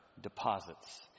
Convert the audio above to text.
deposits